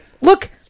Look